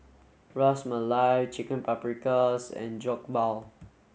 Ras Malai Chicken Paprikas and Jokbal